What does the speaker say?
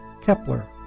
Kepler